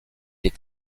est